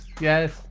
Yes